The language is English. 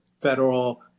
federal